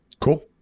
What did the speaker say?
cool